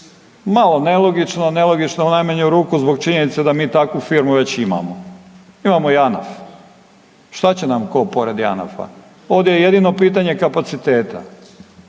Malo nelogično, nelogično u najmanju ruku zbog činjenice da mi takvu firmu već imamo, imamo Janaf. Šta će nam ko pored Janafa. Ovdje je jedino pitanje kapaciteta,